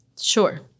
Sure